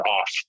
off